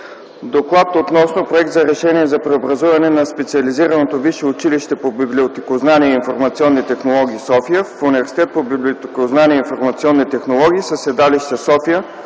„ДОКЛАД относно Проект за решение за преобразуване на Специализираното висше училище по библиотекознание и информационни технологии – София, в Университет по библиотекознание и информационни технологии със седалище София,